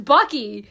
Bucky